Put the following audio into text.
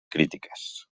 crítiques